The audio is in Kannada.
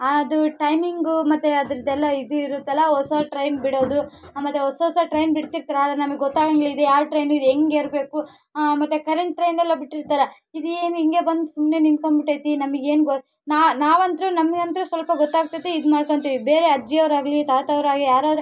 ಅದು ಟೈಮಿಂಗು ಮತ್ತೆ ಅದರದೆಲ್ಲ ಇದಿರುತ್ತಲ್ಲ ಹೊಸ ಟ್ರೈನ್ ಬಿಡೋದು ಮತ್ತೆ ಹೊಸ ಹೊಸ ಟ್ರೈನ್ ಬಿಡ್ತಿರ್ತೀರಿ ಆದರೆ ನಮಗೆ ಗೊತ್ತಾಗಂಗಿಲ್ಲ ಇದು ಯಾವ ಟೈನಿದು ಹೆಂಗೆ ಇರಬೇಕು ಮತ್ತೆ ಕರೆಂಟ್ ಟ್ರೈನೆಲ್ಲ ಬಿಟ್ಟಿರ್ತಾರೆ ಇದು ಏನು ಹಿಂಗೆ ಬಂದು ಸುಮ್ನೆ ನಿಂತ್ಕೊಂಡು ಬಿಟೈತಿ ನಮಗೆ ಏನು ಗೊತ್ತು ನಾವಂತು ನಮಗಂತೂ ಸ್ವಲ್ಪ ಗೊತಾಗ್ತೈತೆ ಇದು ಮಾಡ್ಕೋಳ್ತೀವಿ ಬೇರೆ ಅಜ್ಜಿಯರಾಗಲಿ ತಾತರಾಗಲಿ ಯಾರರೆ